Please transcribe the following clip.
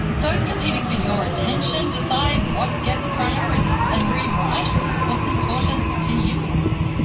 those competing for your attention decide what gets priority and rewrite what's important to you.